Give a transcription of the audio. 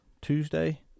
Tuesday